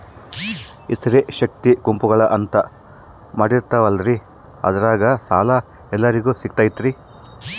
ಈ ಸ್ತ್ರೇ ಶಕ್ತಿ ಗುಂಪುಗಳು ಅಂತ ಮಾಡಿರ್ತಾರಂತಲ ಅದ್ರಾಗ ಸಾಲ ಎಲ್ಲರಿಗೂ ಸಿಗತೈತಾ?